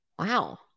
Wow